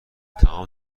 تمام